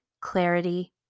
Clarity